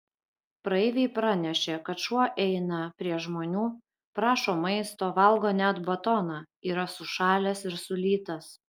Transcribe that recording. praeiviai pranešė kad šuo eina prie žmonių prašo maisto valgo net batoną yra sušalęs ir sulytas